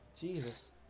Jesus